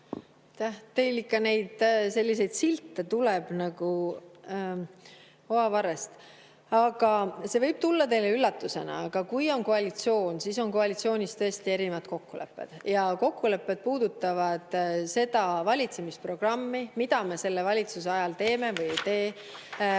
Teil ikka neid silte tuleb nagu oavarrest. See võib tulla teile üllatusena, aga kui on koalitsioon, siis on koalitsioonis tõesti erinevad kokkulepped, ja kokkulepped puudutavad seda valitsemisprogrammi, mida me selle valitsuse ajal teeme või ei tee.